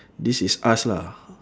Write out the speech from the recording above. this is us lah